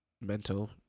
mental